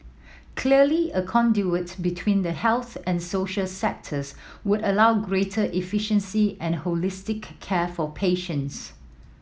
clearly a conduit between the health and social sectors would allow greater efficiency and holistic care for patients